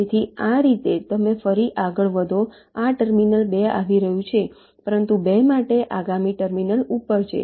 તેથી આ રીતે તમે ફરીથી આગળ વધો આ ટર્મિનલ 2 આવી રહ્યું છે પરંતુ 2 માટે આગામી ટર્મિનલ ઉપર છે